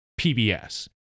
pbs